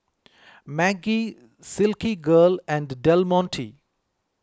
Maggi Silky Girl and Del Monte